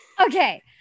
Okay